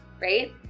Right